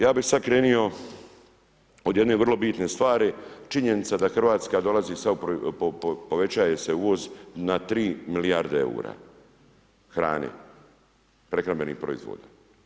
Ja bi sad krenuo od jedne vrlo bitne stvari, činjenica da Hrvatska dolazi, povećava se uvoz na 3 milijarde eura hrane, prehrambenih proizvoda.